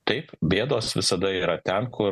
taip bėdos visada yra ten kur